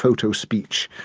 proto speech,